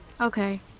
Okay